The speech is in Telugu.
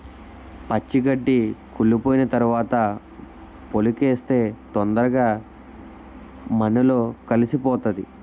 పచ్చి గడ్డి కుళ్లిపోయిన తరవాత పోలికేస్తే తొందరగా మన్నులో కలిసిపోతాది